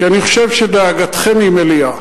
כי אני חושב שדאגתכם היא מלאה,